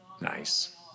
Nice